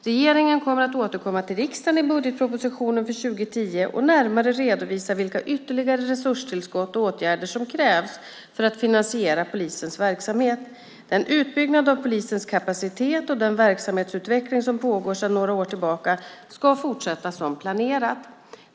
Regeringen kommer att återkomma till riksdagen i budgetpropositionen för 2010 och närmare redovisa vilka ytterligare resurstillskott och åtgärder som krävs för att finansiera polisens verksamhet. Den utbyggnad av polisens kapacitet och den verksamhetsutveckling som pågår sedan några år tillbaka ska fortsätta som planerat.